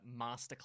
Masterclass